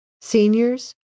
Seniors